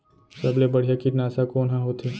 सबले बढ़िया कीटनाशक कोन ह होथे?